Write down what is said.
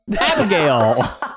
Abigail